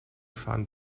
fun